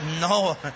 no